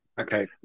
Okay